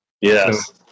Yes